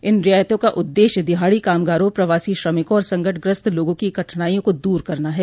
इन रियायतों का उद्देश्य दिहाड़ी कामगारों प्रवासी श्रमिकों और संकटग्रस्त लोगों की कठिनाइयों को दूर करना है